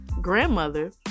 grandmother